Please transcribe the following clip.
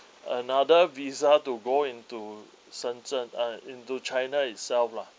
another visa to go into shen zhen uh into china itself lah